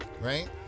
Right